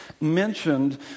mentioned